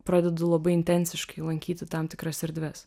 pradedu labai intensiškai lankyti tam tikras erdves